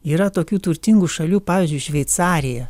yra tokių turtingų šalių pavyzdžiui šveicarija